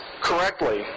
correctly